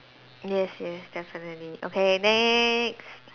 yes yes definitely okay next